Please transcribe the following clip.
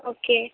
okay